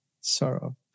sorrow